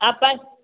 ಅಪಾಸ್